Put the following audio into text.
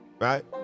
Right